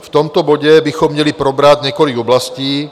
V tomto bodě bychom měli probrat několik oblastí.